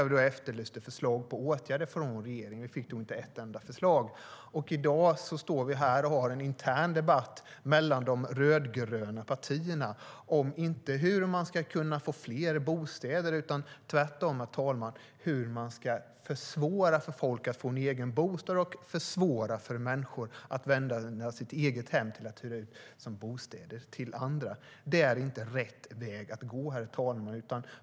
Vi efterlyste då förslag på åtgärder från regeringen och fick inte ett enda förslag.I dag står vi här och har en intern debatt mellan de rödgröna partierna, inte om hur man ska kunna få fler bostäder utan tvärtom om hur man ska försvåra för folk att få en egen bostad och försvåra för människor att hyra ut sina egna hem som bostäder till andra. Det är inte rätt väg att gå, herr talman.